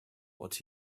what